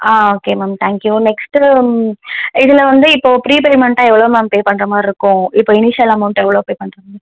ஆ okay ma'am thank you next இதில் வந்து இப்போது ப்ரீ பேமெண்ட்டாக எவ்வளோ மேம் பே பண்ணுற மாதிரி இருக்கும் இப்போது இனிஷியல் அமௌண்ட்டு எவ்வளோ பே பண்ணுற மாதிரி